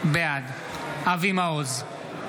בעד אבי מעוז,